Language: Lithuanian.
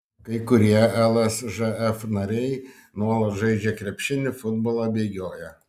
kai kurie lsžf nariai nuolat žaidžia krepšinį futbolą bėgioja